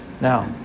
Now